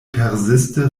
persiste